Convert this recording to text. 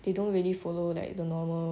they don't really follow like the normal